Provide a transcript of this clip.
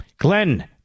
Glenn